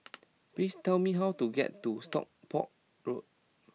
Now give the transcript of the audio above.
please tell me how to get to Stockport Road